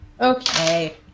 Okay